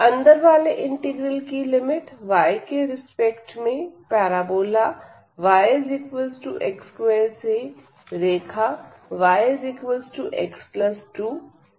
अंदर वाले इंटीग्रल की लिमिट y के रिस्पेक्ट में पैराबोला yx2 से रेखा yx2 तक होगी